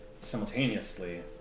Simultaneously